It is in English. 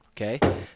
okay